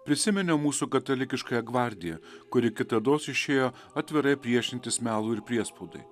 prisiminė mūsų katalikiškąją gvardiją kuri kitados išėjo atvirai priešintis melui ir priespaudai